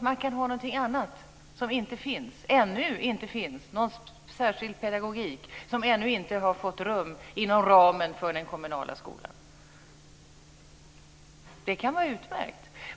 Man kan ha något annat, något som ännu inte finns, någon särskild pedagogik som ännu inte har fått rum inom ramen för den kommunala skolan. Det kan vara utmärkt.